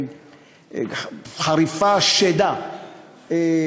חריפה, שדה.